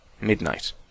Midnight